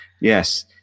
yes